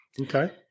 Okay